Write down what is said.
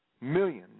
Millions